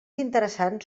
interessants